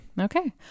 Okay